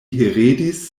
heredis